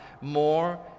more